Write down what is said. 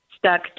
Stuck